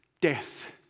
Death